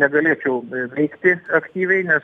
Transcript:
negalėčiau veikti aktyviai nes